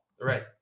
Right